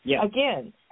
again